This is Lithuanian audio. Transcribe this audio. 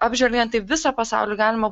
apžvelgiant taip visą pasaulį galima